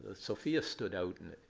sophia stood out in